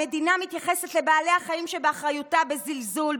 המדינה מתייחסת לבעלי החיים שבאחריותה בזלזול,